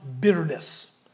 bitterness